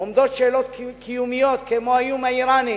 עומדות שאלות קיומיות כמו האיום האירני,